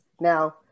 Now